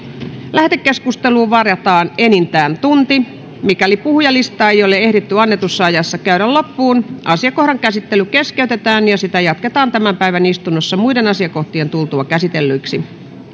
lähetekeskusteluun varataan enintään tunti mikäli puhujalistaa ei ole ehditty annetussa ajassa käydä loppuun asiakohdan käsittely keskeytetään ja sitä jatketaan tämän päivän istunnossa muiden asiakohtien tultua käsitellyiksi